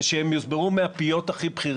והשיח פה הידרדר הרבה פעמים למקומות שלא מקדמים